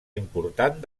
important